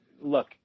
look